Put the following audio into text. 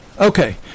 Okay